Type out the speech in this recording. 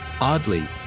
Oddly